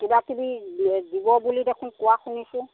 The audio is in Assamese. কিবাকিবি দিব বুলি দেখোন কোৱা শুনিছোঁ